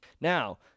Now